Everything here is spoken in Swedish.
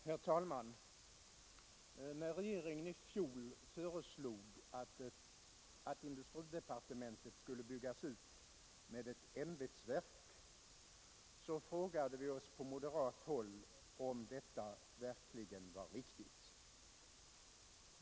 Herr talman! När regeringen i fjol föreslog att industridepartementet skulle byggas ut med ett ämbetsverk frågade vi oss på moderat håll om detta verkligen var riktigt.